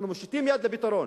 אנחנו מושיטים יד לפתרון.